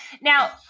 Now